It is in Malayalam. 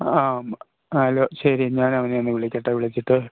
ആം അല്ല ശരി ഞാൻ അവനെയൊന്ന് വിളിക്കട്ടെ വിളിച്ചിട്ട്